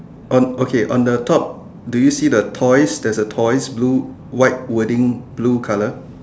on okay on the top do you see the toys there's a toys blue white wording blue colour